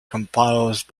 composed